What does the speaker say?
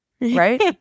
right